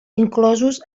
inclosos